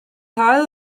haul